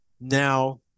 Now